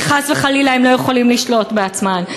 כי חס ולילה הם לא יכולים לשלוט בעצמם.